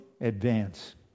advance